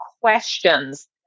questions